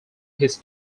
his